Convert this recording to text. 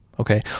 Okay